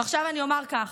ועכשיו אני אומר כך: